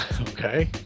Okay